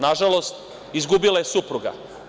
Nažalost, izgubila je supruga.